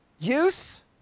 use